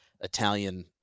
Italian